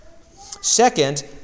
Second